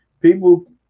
people